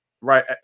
right